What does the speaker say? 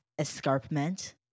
Escarpment